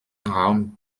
raum